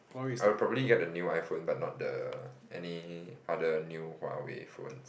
I would probably get the new iPhone but not the any other new Huawei phones